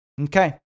Okay